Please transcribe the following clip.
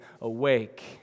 awake